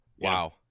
wow